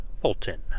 Fulton